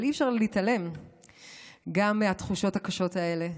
אבל אי-אפשר להתעלם גם מהתחושות הקשות האלה.